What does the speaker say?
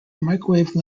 microwave